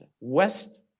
west